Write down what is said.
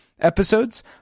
episodes